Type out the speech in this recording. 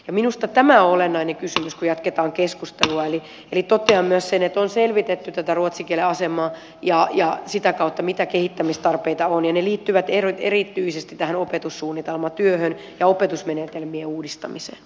minusta tämä on olennainen kysymys kun jatketaan keskustelua eli totean myös sen että on selvitetty tätä ruotsin kielen asemaa ja sitä kautta mitä kehittämistarpeita on ja ne liittyvät erityisesti tähän opetussuunnitelmatyöhön ja opetusmenetelmien uudistamiseen